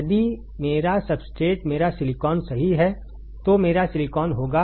यदि मेरा सब्सट्रेट मेरा सिलिकॉन सही है तो मेरा सिलिकॉन होगा